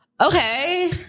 okay